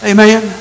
Amen